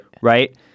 Right